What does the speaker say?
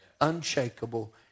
unshakable